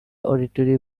auditory